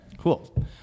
Cool